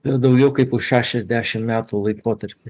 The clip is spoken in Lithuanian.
per daugiau kaip už šešiasdešimt metų laikotarpį